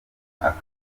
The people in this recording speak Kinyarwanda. akazi